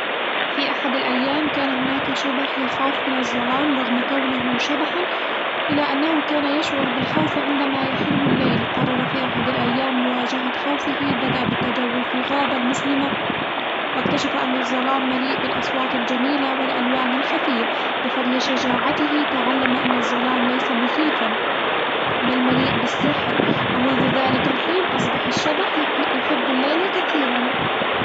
في أحد الأيام، كان هناك شبح يخاف من الظلام رغم كونه شبحًا إلا أنه كان يشعر بالخوف عندما يحل الليل قرر في أحد الايام مواجهة خوفه بدأ بالتجول في الغابة المظلمة واكتشف أن الظلام مليء بالاصوات الجميلة والألوان الخفية بفضل شجاعته تعلم أن الظلام ليس مخيفا، بل مليء بالسحر، ومنذ ذلك الحين أصبح الشبح يح- يحب الليل كثيرًا.